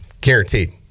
Guaranteed